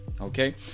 okay